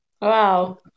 wow